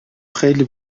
خیلی